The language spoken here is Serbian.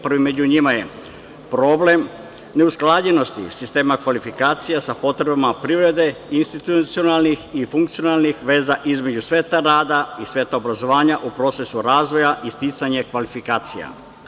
Prvi među njima je problem neusklađenosti sistema kvalifikacija sa potreba privrede, institucionalnih i funkcionalnih veza između sveta rata i sveta obrazovanja u procesu razvoja i sticanja kvalifikacija.